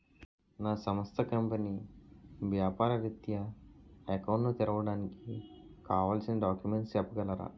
నా సంస్థ కంపెనీ వ్యాపార రిత్య అకౌంట్ ను తెరవడానికి కావాల్సిన డాక్యుమెంట్స్ చెప్పగలరా?